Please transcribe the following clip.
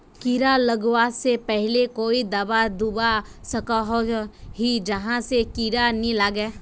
कीड़ा लगवा से पहले कोई दाबा दुबा सकोहो ही जहा से कीड़ा नी लागे?